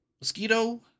Mosquito